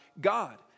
God